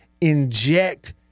inject